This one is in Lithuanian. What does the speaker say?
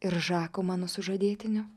ir žako mano sužadėtinio